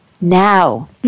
now